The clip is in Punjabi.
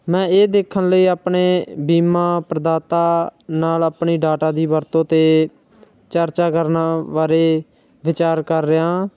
ਮੈਂ ਇਹ ਦੇਖਣ ਲਈ ਆਪਣੇ ਬੀਮਾ ਪ੍ਰਦਾਤਾ ਨਾਲ ਆਪਣੀ ਡਾਟਾ ਦੀ ਵਰਤੋਂ 'ਤੇ ਚਰਚਾ ਕਰਨ ਬਾਰੇ ਵਿਚਾਰ ਕਰ ਰਿਹਾ ਹਾਂ